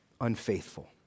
unfaithful